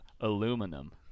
Aluminum